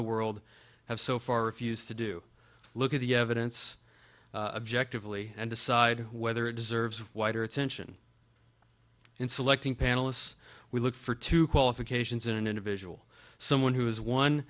the world have so far refused to do look at the evidence objective really and decide whether it deserves wider attention in selecting panelists we look for two qualifications in an individual someone who is one